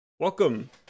welcome